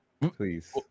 Please